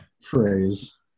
phrase